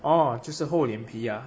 orh 就是厚脸皮呀